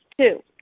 Two